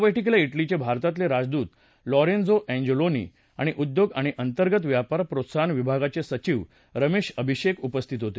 या बैठकीला डिलीचे भारतातले राजदूत लॉरेंझो अँजेलोनी आणि उद्योग आणि अंतर्गत व्यापार प्रोत्साहन विभागाचे सचिव रमेश अभिषेक उपस्थित होते